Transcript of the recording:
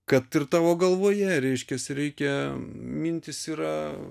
kad ir tavo galvoje reiškias reikia mintys yra